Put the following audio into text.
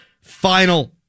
final